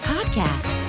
Podcast